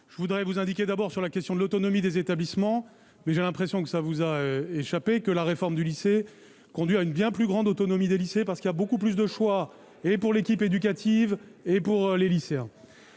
je voudrais vous indiquer d'abord sur la question de l'autonomie des établissements, mais j'ai l'impression que ça vous a échappé que la réforme du lycée, conduire à une bien plus grande autonomie des lycées parce qu'il y a beaucoup plus de choix et pour l'équipe éducative et pour les lycéens.